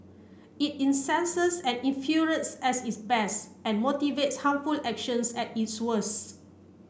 it incenses and infuriates at its best and motivates harmful actions at its worst